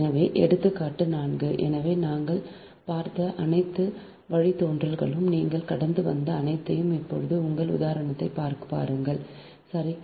எனவே எடுத்துக்காட்டு 4 எனவே நாங்கள் பார்த்த அனைத்து வழித்தோன்றல்களும் நீங்கள் கடந்து வந்த அனைத்தும் இப்போது இந்த உதாரணத்தைப் பாருங்கள் சரி